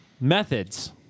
methods